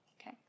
okay